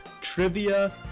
Trivia